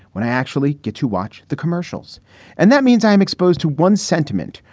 when i actually get to watch the commercials and that means i'm exposed to one sentiment,